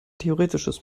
theoretisches